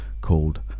called